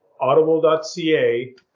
audible.ca